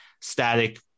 static